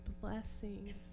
blessing